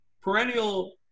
perennial